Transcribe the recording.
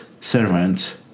servants